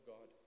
God